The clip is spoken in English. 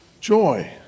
joy